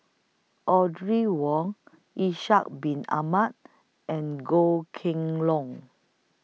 Audrey Wong Ishak Bin Ahmad and Goh Kheng Long